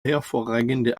hervorragende